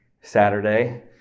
Saturday